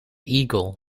eagle